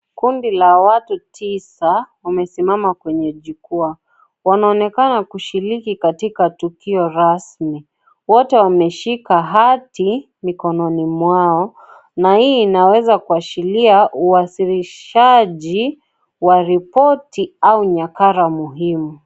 Kundi la watu tisa wamesimama kwenye jukwaa. Wanaonekana kushiriki katika tukio rasmi. Wote wameshika hati mikononi mwao, na hii inawezakuashiria uwasilishaji wa ripoti au nyaraka muhimu.